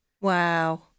Wow